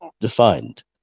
defined